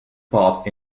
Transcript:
part